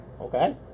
Okay